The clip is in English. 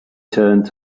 turned